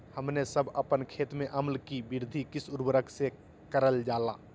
हमने सब अपन खेत में अम्ल कि वृद्धि किस उर्वरक से करलजाला?